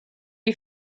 you